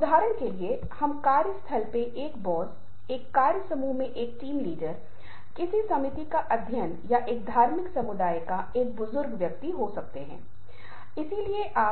उदाहरण के लिए यदि आप आज उस संदर्भ को देख रहे हैं जहां मैं आपसे बात कर रहा हूं तो जाहिर है